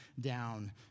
down